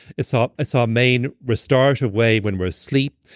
it's ah it's our main restorative way when we're asleep.